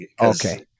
Okay